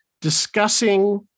discussing